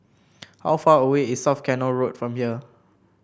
how far away is South Canal Road from here